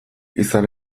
izan